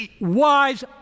Wise